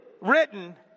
written